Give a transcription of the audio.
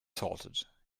salted